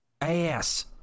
ass